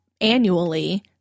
annually